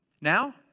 Now